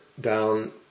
down